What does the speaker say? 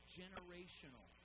generational